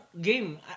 game